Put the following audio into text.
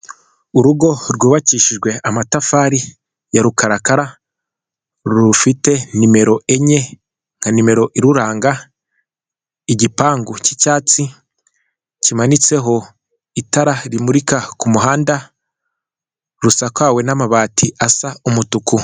Urugo rwubakishijwe amatafari ya rukarakara, rufite nimero enye nka nimero iruranga, igipangu cy'icyatsi kimanitseho itara rimurika ku muhanda rusakawe n'amabati asa umutuku.